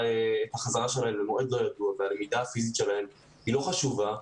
החזרה שלהן למועד לא ידוע ושהלמידה הפיזית שלהם לא חשובה,